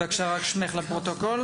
בבקשה, רק שמך לפרוטוקול.